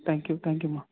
thank you thank யூம்மா